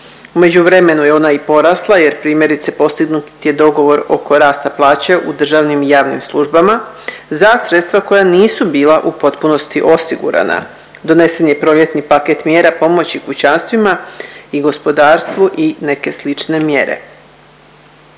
U međuvremenu je ona i porasla, je primjerice postignut je dogovor oko rasta plaće u državnim i javnim službama za sredstva koja nisu bila u potpunosti osigurana. Donesen je proljetni paket mjera pomoći kućanstvima i gospodarstvu i neke slične mjere.